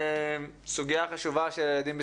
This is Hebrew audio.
לגבי הסוגיה החשובה של ילדים בסיכון.